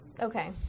Okay